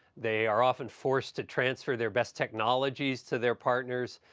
they are often forced to transfer their best technologies to their partners.